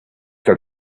that